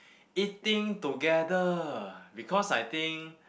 eating together because I think